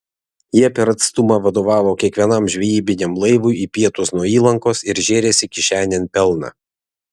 jie per atstumą vadovavo kiekvienam žvejybiniam laivui į pietus nuo įlankos ir žėrėsi kišenėn pelną